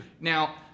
now